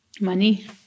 money